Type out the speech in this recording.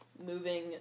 moving